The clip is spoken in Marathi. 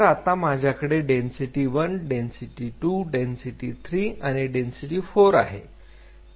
तर आता माझ्याकडे डेन्सिटी 1 डेन्सिटी 2 डेन्सिटी 3 आणि डेन्सिटी 4 आहे